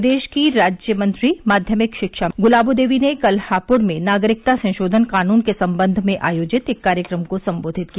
प्रदेश की राज्य माध्यमिक शिक्षा मंत्री गुलाबो देवी ने कल हापुड़ में नागरिकता संशोधन कानून के सम्बंध में आयोजित एक कार्यक्रम को सम्बोधित किया